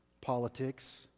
politics